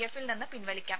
എഫിൽ നിന്ന് പിൻവലിക്കാം